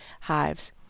hives